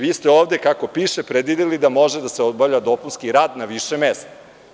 Vi ste ovde, kako piše, predvideli da može da se obavlja dopunski rad na više mesta.